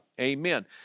Amen